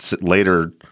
later